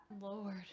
Lord